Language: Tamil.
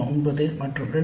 9 மற்றும் 2